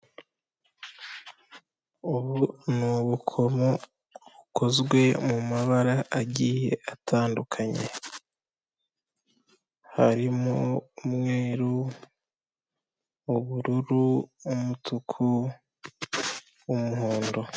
Ubu ni ubukomo bukozwe mu mabara agiye atandukanye harimo umweru, ubururu, umutuku n'umuhondo.